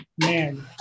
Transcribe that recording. man